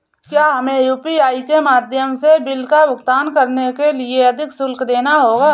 क्या हमें यू.पी.आई के माध्यम से बिल का भुगतान करने के लिए अधिक शुल्क देना होगा?